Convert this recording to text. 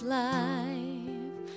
life